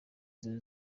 inzozi